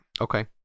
Okay